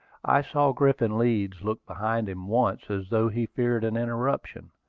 i saw griffin leeds look behind him once, as though he feared an interruption,